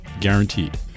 guaranteed